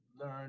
learn